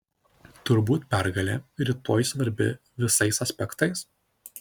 turbūt pergalė rytoj svarbi visais aspektais